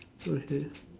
okay